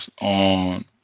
on